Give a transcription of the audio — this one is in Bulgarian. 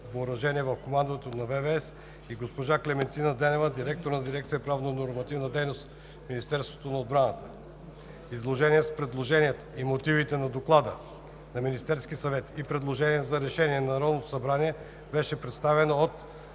„АТ и В“ в командването на ВВС; и госпожа Климентина Денева – директор на дирекция „Правно-нормативна дейност“ в Министерството на отбраната. Изложение с предложенията и мотивите на Доклада на Министерския съвет и предложенията за решение на Народното събрание беше представено от